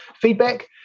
feedback